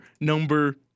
number